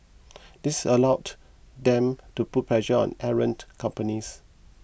this allow them to put pressure on errant companies